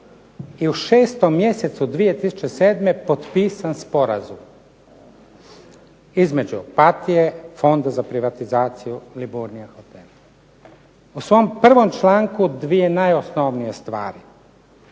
i u 6. mjesecu 2007. je potpisan sporazum između Opatije, Fonda za privatizaciju, Liburnia hotel. U svom 1. članku dvije najosnovnije stvari